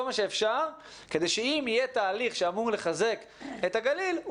מה שאפשר כדי שאם יהיה תהליך שאמור לחזק את הגליל,